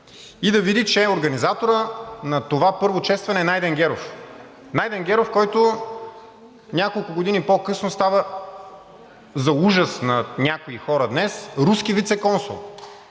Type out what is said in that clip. и да види, че организаторът на това първо честване е Найден Геров. Найден Геров, който няколко години по-късно става, за ужас на някои хора днес, руски вицеконсул.